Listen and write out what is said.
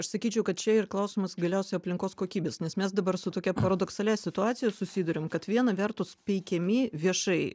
aš sakyčiau kad čia ir klausimas galiausiai aplinkos kokybės nes mes dabar su tokia paradoksalia situacija susiduriam kad viena vertus peikiami viešai